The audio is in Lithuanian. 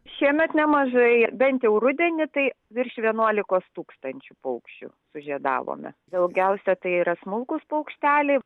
šiemet nemažai bent jau rudenį tai virš vienuolikos tūkstančių paukščių sužiedavome daugiausia tai yra smulkūs paukšteliai